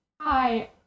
Hi